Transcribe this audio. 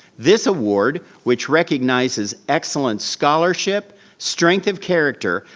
this award, which recognizes excellent scholarship, strength of character,